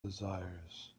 desires